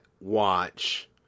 watch